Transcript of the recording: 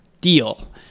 deal